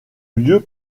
lieu